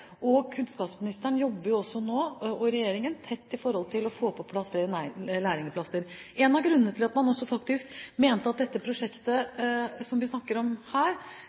og regjeringen jobber også nå tett med å få på plass flere lærlingplasser. En av grunnene til at man også faktisk mente at dette prosjektet som vi snakker om her,